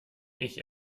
ich